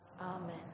Amen